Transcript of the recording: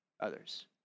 others